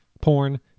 porn